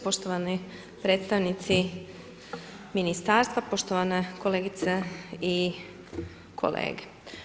Poštovani predstavnici Ministarstva, poštovane kolegice i kolege.